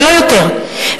ולא יותר,